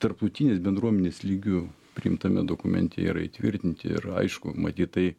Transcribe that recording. tarptautinės bendruomenės lygiu priimtame dokumente yra įtvirtinti ir aišku matyt tai